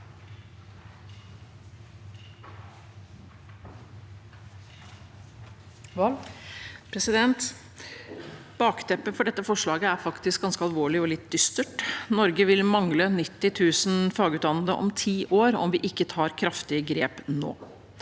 Bakteppet for dette forslaget er faktisk ganske alvorlig og litt dystert – Norge vil mangle 90 000 fagutdannede om ti år hvis vi ikke tar kraftige grep nå.